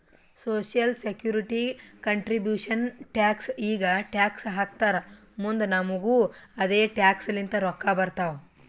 social security contribution tax ಈಗ tax ಹಾಕ್ತಾರ್ ಮುಂದ್ ನಮುಗು ಅದೆ ಟ್ಯಾಕ್ಸ್ ಲಿಂತ ರೊಕ್ಕಾ ಬರ್ತಾವ್